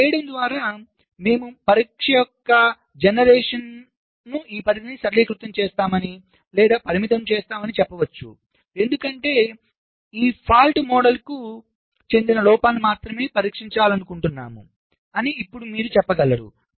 ఇలా చేయడం ద్వారా మేము పరీక్ష తరం యొక్క ఈ పరిధిని సరళీకృతం చేస్తామని లేదా పరిమితం చేస్తామని చెప్పవచ్చు ఎందుకంటే ఈ తప్పు మోడల్కు చెందిన లోపాలను మాత్రమే పరీక్షించాలనుకుంటున్నామని ఇప్పుడు మీరు చెప్పగలరు